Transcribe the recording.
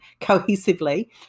cohesively